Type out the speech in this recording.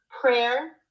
prayer